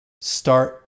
start